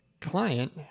client